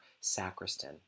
sacristan